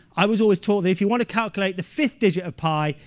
i was always told that if you want to calculate the fifth digit of pi,